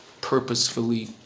purposefully